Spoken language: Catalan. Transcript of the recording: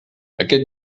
aquest